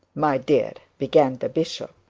my dear began the bishop,